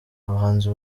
abahanzi